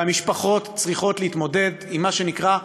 והמשפחות צריכות להתמודד עם מה שנקרא: